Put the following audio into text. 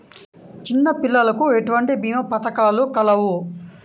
చిన్నపిల్లలకు ఎటువంటి భీమా పథకాలు కలవు?